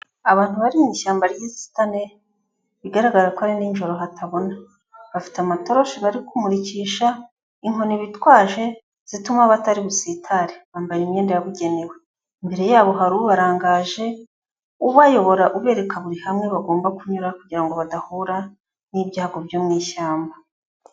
Abantu bari mu ishyamba ry'inzitane, bigaraga ko ari ninjoro hatabona, bafite amatoroshi bari kumurikisha, inkoni bitwaje zituma batari busitare, bambaye imyenda yabugenewe, imbere yabo hari ubarangaje ubayobora ubereka buri hamwe bagomba kunyura kugira ngo badahura n'ibyago byo mu ishyamba.